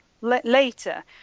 later